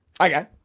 Okay